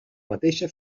mateixa